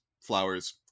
flowers